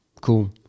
cool